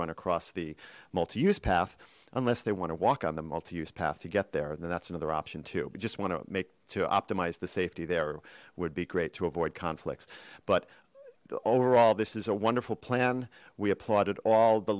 run across the multi use path unless they want to walk on the multi use path to get there and that's another option too we just want to make to optimize the safety there would be great to avoid conflicts but overall this is a wonderful plan we applauded all the